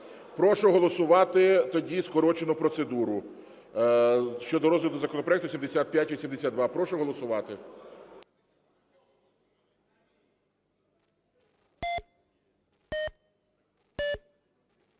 прошу голосувати тоді скорочену процедуру щодо розгляду законопроекту 7582. Прошу голосувати.